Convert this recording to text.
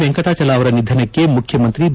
ವೆಂಕಟಾಚಲ ಅವರ ನಿಧನಕ್ಕೆ ಮುಖ್ಯಮಂತ್ರಿ ಬಿ